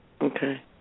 Okay